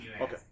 Okay